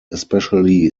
especially